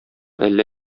әллә